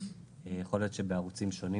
יכול להיות שבערוצים שונים,